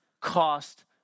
cost